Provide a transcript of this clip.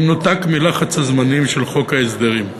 במנותק מלחץ הזמנים של חוק ההסדרים.